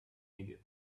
idiot